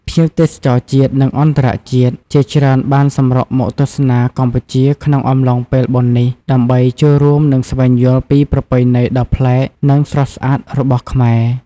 ភ្ញៀវទេសចរជាតិ និងអន្តរជាតិជាច្រើនបានសម្រុកមកទស្សនាកម្ពុជាក្នុងអំឡុងពេលបុណ្យនេះ ដើម្បីចូលរួម និងស្វែងយល់ពីប្រពៃណីដ៏ប្លែក និងស្រស់ស្អាតរបស់ខ្មែរ។